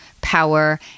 power